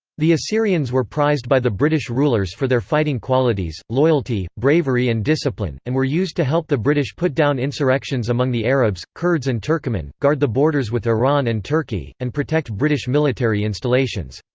the assyrians were prized by the british rulers for their fighting qualities, loyalty, bravery and discipline, and were used to help the british put down insurrections among the arabs, kurds and turcoman, guard the borders with iran and turkey, and protect british military installations.